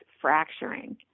fracturing